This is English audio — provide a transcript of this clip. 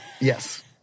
Yes